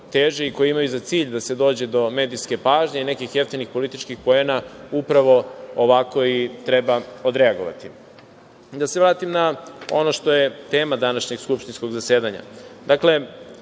teži i koji imaju za cilj da se dođe do medijske pažnje i nekih jeftinih političkih poena, upravo ovako i treba odreagovati. Da se vratim na ono što je tema današnjeg skupštinskog zasedanja.